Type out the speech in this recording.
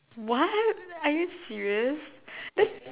what are you serious that's